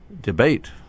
debate